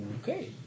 Okay